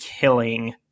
killing